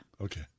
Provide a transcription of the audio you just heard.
Okay